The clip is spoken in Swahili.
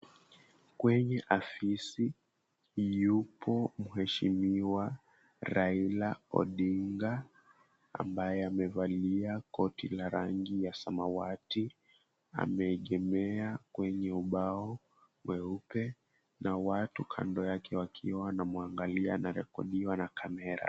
Kwenye afisi yupo mheshimiwa Raila Odinga ambaye amevalia koti la rangi ya samawati ameegemea kwenye ubao mweupe na watu kando yake wakiwa wanamuangalia anarekodiwa na kamera.